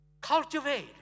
Cultivate